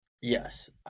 Yes